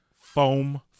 foam